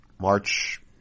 March